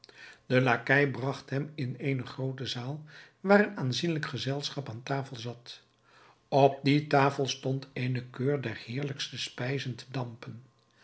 de lakkei bragt hem in eene groote zaal waar een aanzienlijk gezelschap aan tafel zat op die tafel stond eene keur der heerlijkste spijzen te dampen